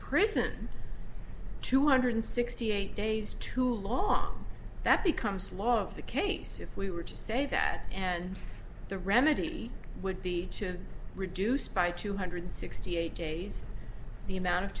prison two hundred sixty eight days too long that becomes law of the case if we were to say that and the remedy would be to reduce by two hundred sixty eight days the amount of